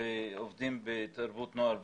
ועובדים בתרבות נוער וספורט.